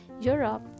Europe